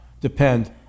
depend